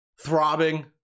throbbing